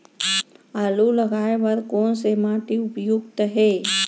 आलू लगाय बर कोन से माटी उपयुक्त हे?